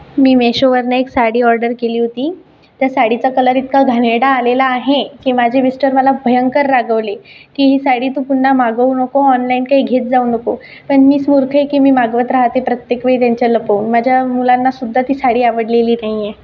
मी मेशोवरन एक साडी ऑर्डर केली होती त्या साडीचा कलर इतका घाणेरडा आलेला आहे की माझे मिस्टर मला भयंकर रागवले की ही साडी तू पुन्हा मागवू नको ऑनलाईन काही घेत जाऊ नको पण मीच मूर्ख की मी मागवत राहते प्रत्येक वेळी त्यांच्या लपवून माझ्या मुलांना सुद्धा ती साडी आवडलेली नाहीये